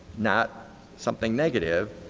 not something negative.